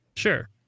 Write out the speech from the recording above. sure